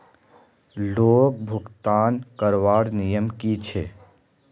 Loan भुगतान करवार नियम की छे?